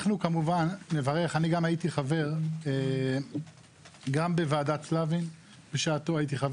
הייתי חבר גם בוועדת סלבין בשעתו,